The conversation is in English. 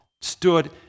stood